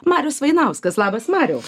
marius vainauskas labas mariau